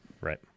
Right